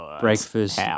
Breakfast